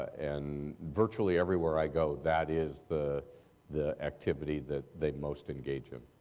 and virtually everywhere i go that is the the activity that they most engage in.